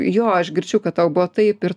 jo aš girdžiu kad tau buvo taip ir